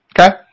okay